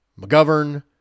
McGovern